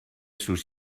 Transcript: sus